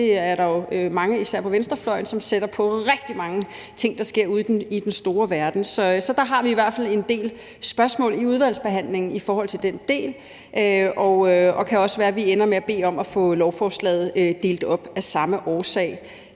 betegnelse, som mange, især på venstrefløjen, sætter på rigtig mange ting, der sker ude i den store verden. Så vi har i hvert fald en del spørgsmål i udvalgsbehandlingen i forhold til den del, og det kan også være, at det ender med, at vi beder om at få lovforslaget delt op af samme årsag.